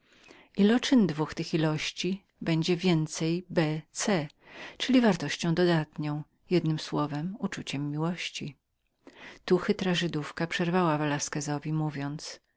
c wypadek dwóch tych ilości będzie więcej bc czyli wartością rzeczywistą jednem słowem uczuciem miłości tu chytra żydówka przerwała velasquezowi mówiąc